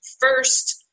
first